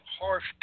harsh